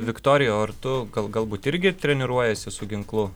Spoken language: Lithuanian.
viktorija o ar tu gal galbūt irgi treniruojasi su ginklu